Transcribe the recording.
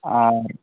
ᱟᱨ